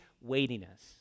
weightiness